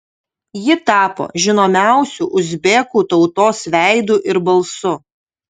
ji tapo žinomiausiu uzbekų tautos veidu ir balsu